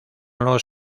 los